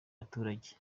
baturage